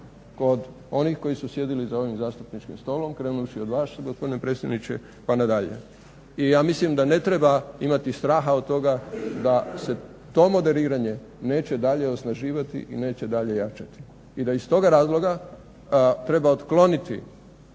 kod onih koji su sjedili za ovim zastupničkim stolom krenuvši od vas gospodine predsjedniče pa nadalje. I ja mislim da ne treba imati straha od toga da se to moderiranje neće dalje osnaživati i neće dalje jačati. I da iz toga razloga treba otkloniti